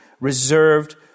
reserved